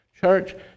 Church